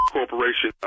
Corporation